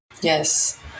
Yes